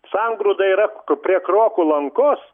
sangrūda yra prie krokų lankos